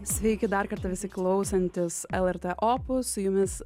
sveiki dar kartą visi klausantys lrt opus su jumis